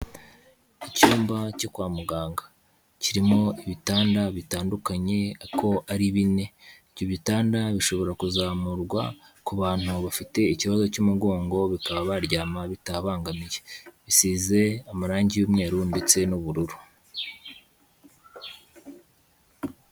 Icyumba cyo kwa muganga, kirimo ibitanda bitandukanye ariko ari bine. Ibyo bitanda bishobora kuzamurwa, ku bantu bafite ikibazo cy'umugongo bikaba baryama bitababangamiye. Bisize amarangi y'umweru ndetse n'ubururu.